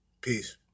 Peace